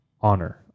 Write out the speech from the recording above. Honor